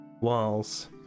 walls